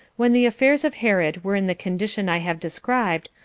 when the affairs of herod were in the condition i have described,